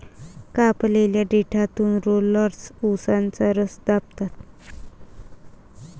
कापलेल्या देठातून रोलर्स उसाचा रस दाबतात